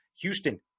Houston